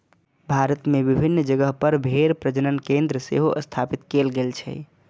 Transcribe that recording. भारत मे विभिन्न जगह पर भेड़ प्रजनन केंद्र सेहो स्थापित कैल गेल छै